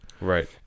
right